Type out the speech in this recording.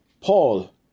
Paul